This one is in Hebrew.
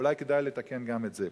אולי כדאי לתקן גם את זה.